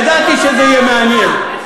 ידעתי שזה יהיה מעניין.